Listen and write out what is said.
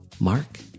Mark